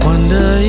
Wonder